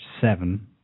seven